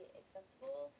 accessible